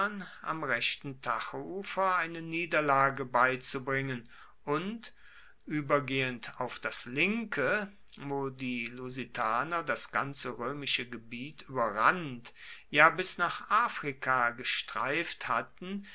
am rechten tajoufer eine niederlage beizubringen und übergehend auf das linke wo die lusitaner das ganze römische gebiet überrannt ja bis nach afrika gestreift hatten